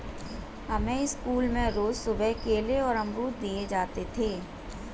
हमें स्कूल में रोज सुबह केले और अमरुद दिए जाते थे